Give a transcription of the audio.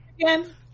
again